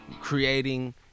creating